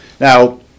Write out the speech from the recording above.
Now